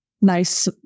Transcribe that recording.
nice